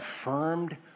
affirmed